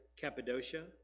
Cappadocia